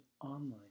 online